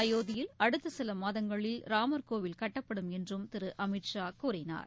அயோத்தியில் அடுத்த சில மாதங்களில் ராமர்கோவில் கட்டப்படும் என்றும் திரு அமித் ஷா கூறினார்